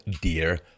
Dear